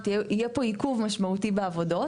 יהיה פה עיכוב משמעותי בעבודות,